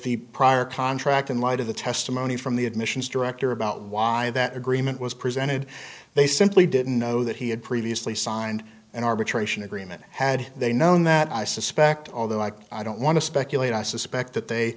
the prior contract in light of the testimony from the admissions director about why that agreement was presented they simply didn't know that he had previously signed an arbitration agreement had they known that i suspect although like i don't want to speculate i suspect that they